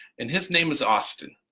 and his name is austin.